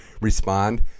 respond